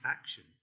action